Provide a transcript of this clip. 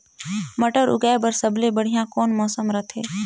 मटर उगाय बर सबले बढ़िया कौन मौसम रथे?